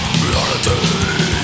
reality